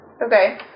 Okay